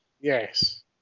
Yes